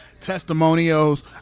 testimonials